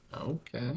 Okay